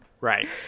Right